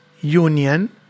union